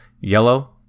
yellow